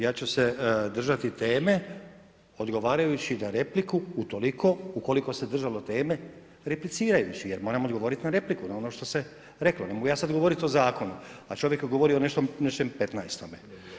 Ja ću se držati teme, odgovarajući na repliku u toliko koliko se držalo teme replicirajući, jer moram odgovoriti na repliku, na ono što se reklo, ne mogu ja sad govorit o zakonu, a čovjek je govorio o nečem petnajstome.